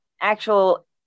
actual